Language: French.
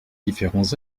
différents